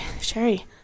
Sherry